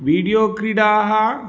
video क्रीडाः